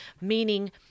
Meaning